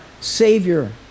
savior